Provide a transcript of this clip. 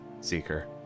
Seeker